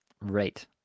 Right